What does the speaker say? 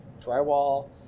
drywall